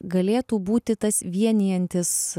galėtų būti tas vienijantis